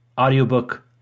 audiobook